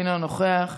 אינו נוכח,